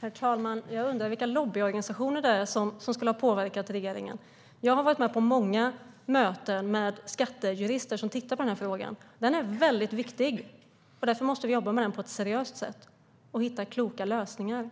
Herr talman! Jag undrar vilka lobbyorganisationer som skulle ha påverkat regeringen. Jag har varit med på många möten med skattejurister som har tittat på denna fråga. Den är mycket viktig, och därför måste vi jobba med den på ett seriöst sätt och hitta kloka lösningar. Jag